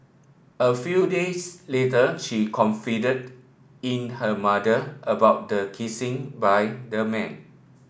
a few days later she confided in her mother about the kissing by the man